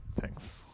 thanks